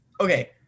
Okay